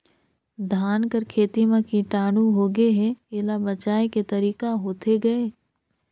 धान कर खेती म कीटाणु होगे हे एला बचाय के तरीका होथे गए?